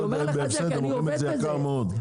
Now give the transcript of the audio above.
אני לא יודע אם זה בהספד כי זה יקר מאוד.